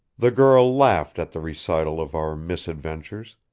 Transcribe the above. the girl laughed at the recital of our misadventures,